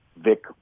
Vic